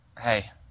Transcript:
hey